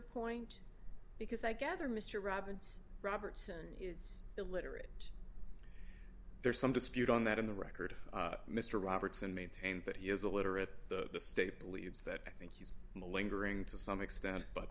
point because i gather mr robbins robertson is illiterate there's some dispute on that in the record mr robertson maintains that he is a literate the state believes that i think he's a lingering to some extent but